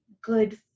good